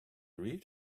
read